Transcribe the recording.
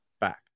back